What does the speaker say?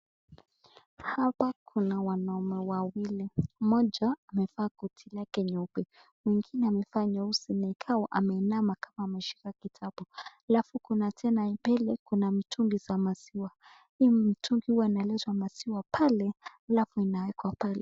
Hapa kuna wanaume wawili, mmoja amevaa koti lake nyeupe, mwingine amevaa nyeusi na anakaa ameinama kama ameshika kitabu halafu kuna tena mbele kuna mitungi za maziwa, hii mitungi huwa inaleta maziwa pale halafu inawekwa pale.